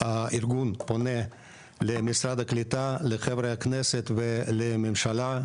שהארגון פונה למשרד הקליטה, לחברי הכנסת ולממשלה,